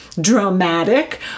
dramatic